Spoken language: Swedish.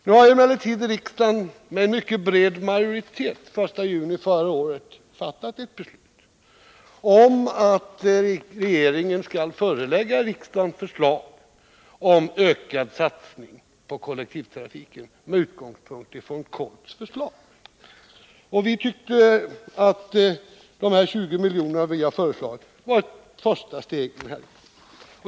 Nu har emellertid riksdagen med mycket bred majoritet den 1 juni förra året fattat ett beslut om att regeringen skall förelägga riksdagen förslag till ökad satsning på kollektivtrafiken med utgångspunkt i KOLT:s förslag. Vi anser att vårt förslag till omdisponering av 2 milj.kr. skulle vara ett första steg.